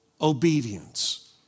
obedience